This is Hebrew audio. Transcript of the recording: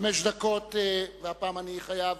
חמש דקות, והפעם אני חייב